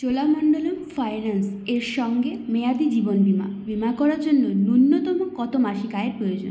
Cholamandalam finance এর সঙ্গে মেয়াদি জীবন বিমা বিমা করার জন্য ন্যূনতম কত মাসিক আয়ের প্রয়োজন